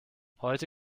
heute